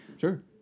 Sure